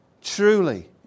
truly